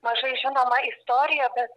mažai žinoma istorija bet